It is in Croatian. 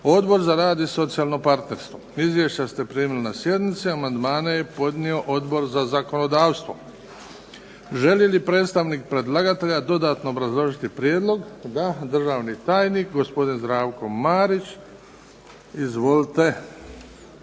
Odbor za rad i socijalno partnerstvo. Izvješća ste primili na sjednici. Amandmane je podnio Odbor za zakonodavstvo. Želi li predstavnik predlagatelja dodatno obrazložiti prijedlog? Da. Državni tajnik gospodin Zdravko Marić. Izvolite.